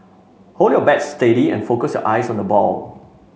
hold your bat steady and focus your eyes on the ball